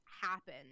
happen